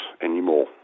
anymore